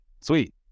sweet